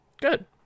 Good